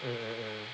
mm mm mm